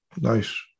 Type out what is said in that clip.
Nice